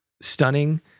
stunning